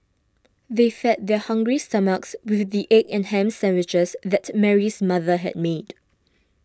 they fed their hungry stomachs with the egg and ham sandwiches that Mary's mother had made